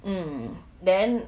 mm then